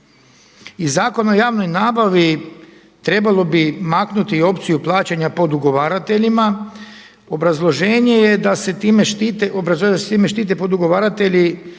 I Zakon o javnoj nabavi trebalo bi maknuti i opciju plaćanja podugovarateljima. Obrazloženje je da se time štite podugovaratelji